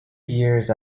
years